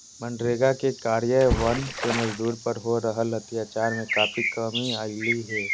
मनरेगा के कार्यान्वन से मजदूर पर हो रहल अत्याचार में काफी कमी अईले हें